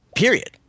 period